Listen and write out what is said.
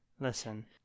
Listen